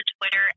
Twitter